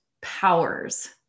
powers